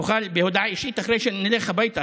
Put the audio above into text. תוכל בהודעה אישית אחרי שנלך הביתה,